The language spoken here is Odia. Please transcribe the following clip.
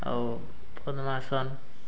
ଆଉ ପଦ୍ମାସନ